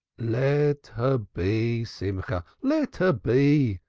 let her be, simcha, let her be,